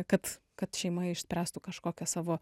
kad kad šeima išspręstų kažkokią savo